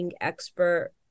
expert